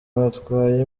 batwaye